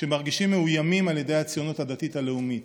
שמרגישים מאוימים על ידי הציונות הדתית הלאומית,